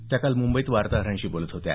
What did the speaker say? त्या काल मुंबईत वार्ताहरांशी बोलत होत्या